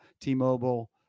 T-Mobile